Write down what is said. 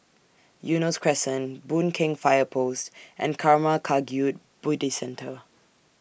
Eunos Crescent Boon Keng Fire Post and Karma Kagyud Buddhist Centre